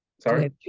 sorry